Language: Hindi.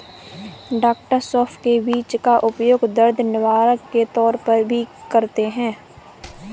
डॉ सौफ के बीज का उपयोग दर्द निवारक के तौर पर भी करते हैं